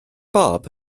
bob